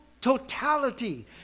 totality